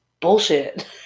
bullshit